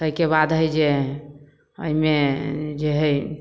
ताहिके बाद हइ जे एहिमे जे हइ